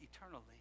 eternally